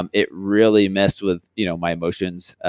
um it really messed with you know my emotions,